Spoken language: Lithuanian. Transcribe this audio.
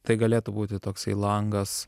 tai galėtų būti toksai langas